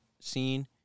scene